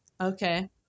okay